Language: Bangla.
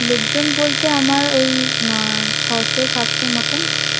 লোকজন বলতে আমার ওই ছয়শো সাতশোর মতো